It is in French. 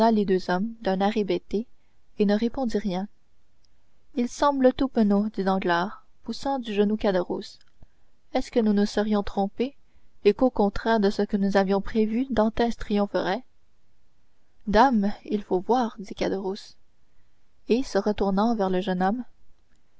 les deux hommes d'un air hébété et ne répondit rien il semble tout penaud dit danglars poussant du genou caderousse est-ce que nous nous serions trompés et qu'au contraire de ce que nous avions prévu dantès triompherait dame il faut voir dit caderousse et se retournant vers le jeune homme